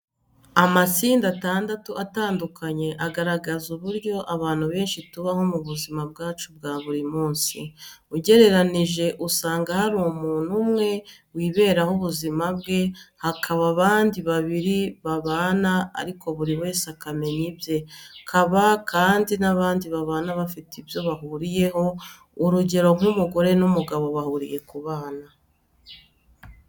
Amatsinda atandatu atandukanye, agaragaza uburyo abantu benshi tubaho mu buzima bwacu bwa buru munsi. Ugereranyije usanga hari umuntu umwe wiberaho ubuzima bwe, hakaba abandi babili babana ariko buri wese akamenya ibye, kaba kandi n'abandi babana bafite ibyo bahuriyeho, urugero nk'umugabo n'umugore bahuriye ku bana.